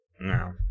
No